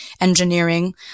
engineering